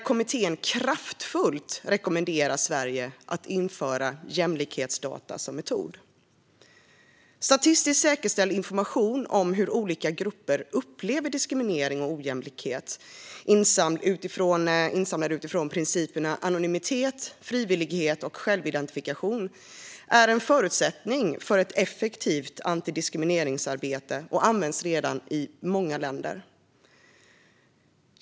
Kommittén rekommenderar i sin granskning kraftfullt Sverige att införa jämlikhetsdata som metod. Statistiskt säkerställd information om hur olika grupper upplever diskriminering och ojämlikhet insamlad utifrån principerna anonymitet, frivillighet och självidentifikation är en förutsättning för ett effektivt antidiskrimineringsarbete och används redan i många länder.